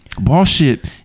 bullshit